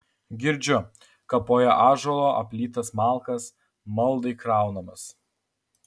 girdžiu kapoja ąžuolo aplytas malkas maldai kraunamas